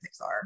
pixar